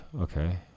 okay